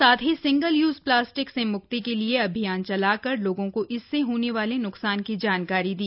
साथ ही single use plastic से म्क्ति के लिए अभियान चलाकर लोगों को इससे होने वाले नुकसान की जानकारी दी